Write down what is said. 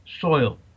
soil